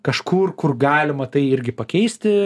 kažkur kur galima tai irgi pakeisti